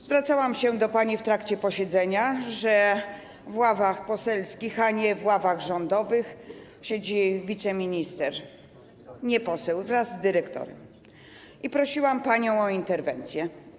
Zwracałam się do pani w trakcie posiedzenia, że w ławach poselskich, a nie w ławach rządowych, siedzi wiceminister, nie poseł, wraz z dyrektorem, i prosiłam panią o interwencję.